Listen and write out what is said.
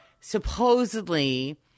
supposedly